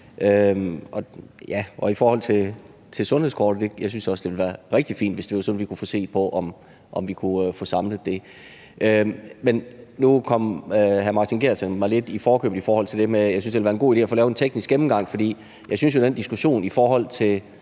Og i forhold til sundhedskortet synes jeg også, det vil være rigtig fint, hvis det var sådan, at vi kunne få set på, om vi kunne få samlet det. Men nu kom hr. Martin Geertsen mig lidt i forkøbet i forhold til det. Jeg synes, det ville være en god idé at få lavet en teknisk gennemgang, for jeg synes jo, at den diskussion i forhold til